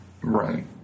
Right